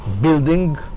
building